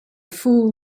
fool